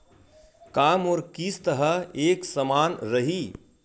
का मोर किस्त ह एक समान रही?